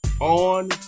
on